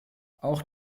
auch